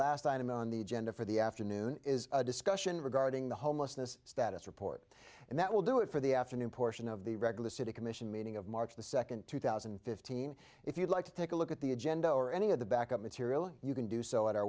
last item on the agenda for the afternoon is a discussion regarding the homelessness status report and that will do it for the afternoon portion of the regular city commission meeting of march the second two thousand and fifteen if you'd like to take a look at the agenda or any of the backup material you can do so at our